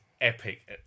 epic